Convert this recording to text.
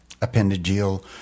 appendageal